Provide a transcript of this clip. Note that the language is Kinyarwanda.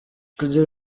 kugira